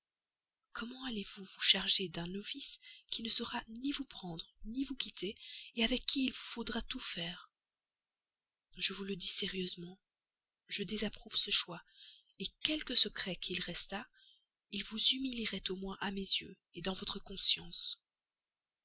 innocents qu'allez-vous vous charger d'un novice qui ne saura ni vous prendre ni vous quitter avec qui il vous faudra tout faire je vous le dis sérieusement je désapprouve ce choix quelque secret qu'il restât il vous humilierait au moins à mes yeux dans votre conscience